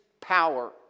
power